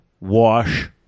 wash